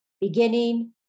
beginning